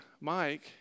Mike